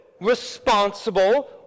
responsible